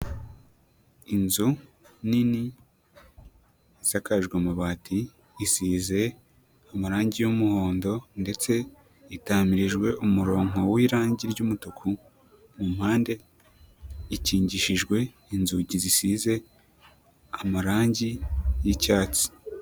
Inzu nini isakajwe amabati isize amarange y'umuhondo ndetse itamirijwe umurongo w'irangi ry'umutuku mu mpande, ikingishijwe inzugi zisize amarangi y'icyatsi.